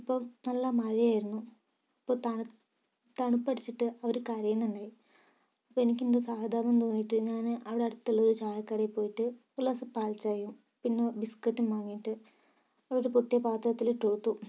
അപ്പം നല്ല മഴയായിരുന്നു അപ്പോൾ തണു തണുപ്പടിച്ചിട്ട് അവർ കരയുന്നുണ്ടായി അപ്പോൾ എനിക്കെന്തോ സഹതാപം തോന്നിട്ട് ഞാൻ അവിടെ അടുത്തുള്ളൊരു ചായക്കടേൽ പോയിട്ട് ഒരു ഗ്ലാസ്സ് പാൽച്ചായായും പിന്നെ ബിസ്ക്കറ്റും വാങ്ങിട്ട് അവിടൊരു പൊട്ടിയ പാത്രത്തിൽ ഇട്ടുകൊടുത്തു